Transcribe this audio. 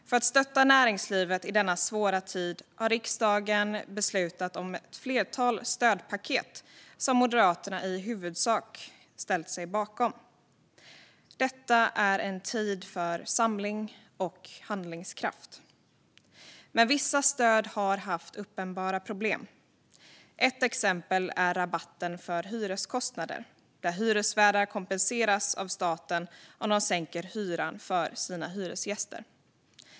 För att stötta näringslivet i denna svåra tid har riksdagen beslutat om ett flertal stödpaket, som Moderaterna i huvudsak ställt sig bakom. Detta är en tid för samling och handlingskraft, men vissa stöd har haft uppenbara problem. Ett exempel är rabatten för hyreskostnader, där hyresvärdar kompenseras av staten om de sänker hyran för sina hyresgäster.